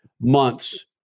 months